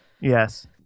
Yes